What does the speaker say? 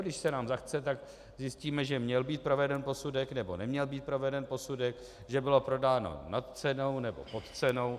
Když se nám zachce, tak zjistíme, že měl být proveden posudek nebo neměl být proveden posudek, že bylo prodáno nad cenou nebo pod cenou.